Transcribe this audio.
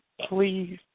please